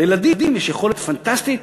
לילדים יש יכולת פנטסטית